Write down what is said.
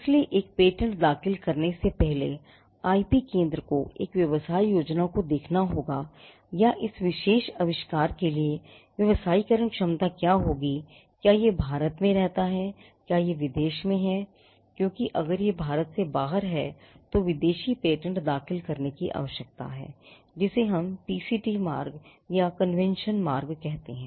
इसलिए एक पेटेंट दाखिल करने से पहले आईपी केंद्र को एक व्यवसाय योजना को देखना होगा या इस विशेष आविष्कार के लिए व्यावसायीकरण क्षमता क्या होगी क्या यह भारत में रहता है या क्या यह विदेश में है क्योंकि अगर यह भारत से बाहर है तो विदेशी पेटेंट दाखिल करने की आवश्यकता है जिसे हम पीसीटी मार्ग या कन्वेंशन मार्ग कहते हैं